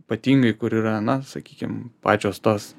ypatingai kur yra na sakykim pačios tos